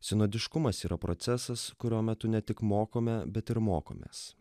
sinodiškumas yra procesas kurio metu ne tik mokome bet ir mokomės